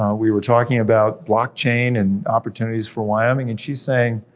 um we were talking about block chain, and opportunities for wyoming, and she's saying,